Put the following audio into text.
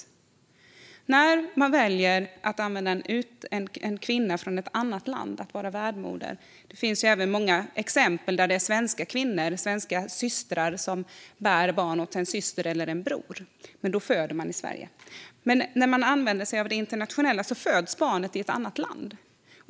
En del väljer att använda en kvinna från ett annat land som värdmoder, men det finns många exempel där svenska kvinnor - svenska systrar - bär barn åt en syster eller en bror. Då föds barnet i Sverige, men när internationella arrangemang används föds barnet i ett annat land.